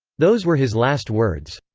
those were his last words.